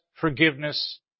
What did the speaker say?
forgiveness